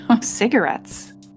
cigarettes